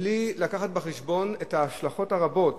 בלי לקחת בחשבון את ההשלכות הרבות